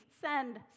send